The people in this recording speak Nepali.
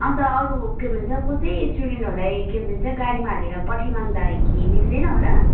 अन्त अरू के भन्छ कसै स्टुडेनहरूलाई के भन्छ गाडीमा हालेर पठाइमाग्दा कि मिल्दैन होला